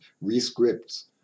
rescripts